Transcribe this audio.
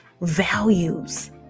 values